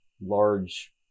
large